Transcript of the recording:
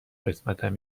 قسمتم